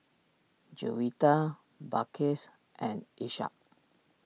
Juwita Balqis and Ishak